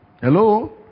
Hello